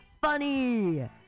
funny